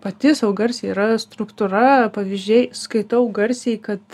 pati sau garsiai struktūra pavyzdžiai skaitau garsiai kad